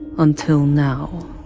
until now.